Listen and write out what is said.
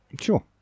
Sure